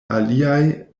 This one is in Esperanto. aliaj